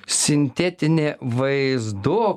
sintetinė vaizdu